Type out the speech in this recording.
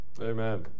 Amen